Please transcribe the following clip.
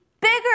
bigger